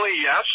yes